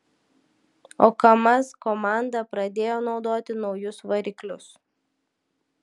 o kamaz komanda pradėjo naudoti naujus variklius